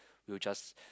we'll just